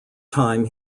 time